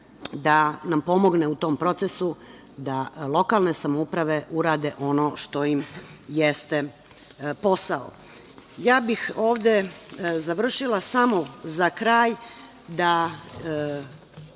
da nam pomogne u tom procesu da lokalne samouprave urade ono što im jeste posao. Ja bih ovde završila. Samo za kraj da